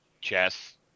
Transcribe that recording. chess